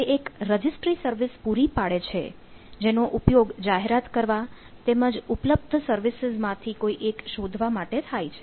તે એક registry service પૂરી પાડે છે જેનો ઉપયોગ જાહેરાત કરવા તેમજ ઉપલબ્ધ સર્વિસિસમાંથી કોઈ એક શોધવા માટે થાય છે